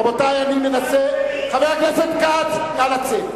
רבותי, אני מנסה, חבר הכנסת כץ, נא לצאת.